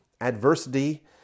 Adversity